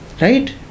Right